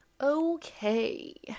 Okay